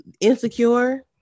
insecure